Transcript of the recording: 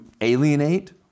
alienate